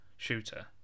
shooter